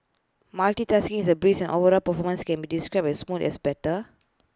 multitasking is A breeze and overall performance can be described as smooth as butter